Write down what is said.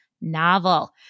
novel